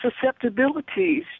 susceptibilities